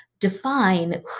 define